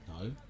No